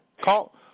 Call